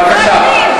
בבקשה.